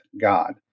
God